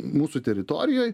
mūsų teritorijoj